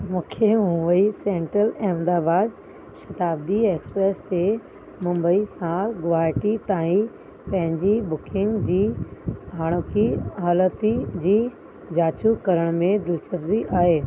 मूंखे Mumbai central Ahmedabad Shatabdi express ते मुंबई सां गोहाटी ताईं पंहिंजी बुकिंग जी हाणोकि हालती जी जांचु करण में दिलचस्बी आहे